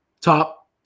top